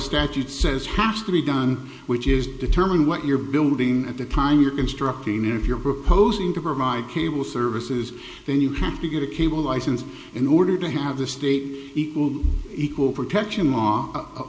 statute says hatch to be done which is determine what you're building at the time you're constructing and if you're proposing to provide cable services then you have to get a cable license in order to have the state equal equal protection law